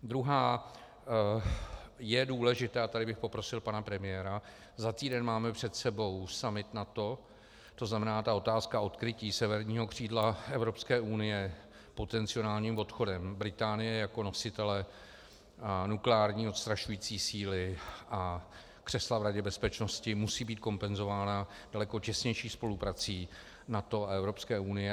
Druhá, je důležité, a tady bych poprosil pana premiéra za týden máme před sebou summit NATO, to znamená, ta otázka odkrytí severního křídla Evropské unie potenciálním odchodem Británie jako nositele nukleární odstrašující síly a křesla v Radě bezpečnosti musí být kompenzována daleko těsnější spoluprací NATO a Evropské unie.